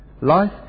Life